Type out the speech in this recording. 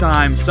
Time